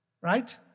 Right